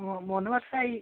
ഓ മൂന്ന് വർഷമായി